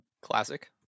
classic